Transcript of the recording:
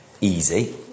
easy